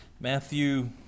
Matthew